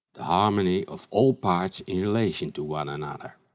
the harmony of all parts in relation to one another.